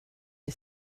you